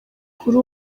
kuri